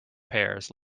pears